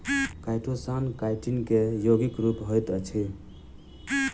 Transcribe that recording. chitosan chitin के यौगिक रूप होइत अछि